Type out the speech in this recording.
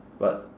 but